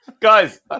Guys